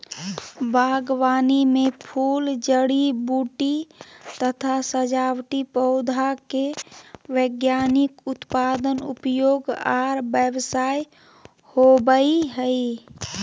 बागवानी मे फूल, जड़ी बूटी तथा सजावटी पौधा के वैज्ञानिक उत्पादन, उपयोग आर व्यवसाय होवई हई